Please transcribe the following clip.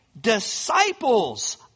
disciples